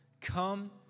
Come